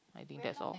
I think that's all